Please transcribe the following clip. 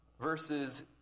verses